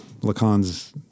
Lacan's